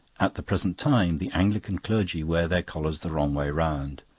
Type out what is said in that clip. at the present time the anglican clergy wear their collars the wrong way round.